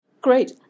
great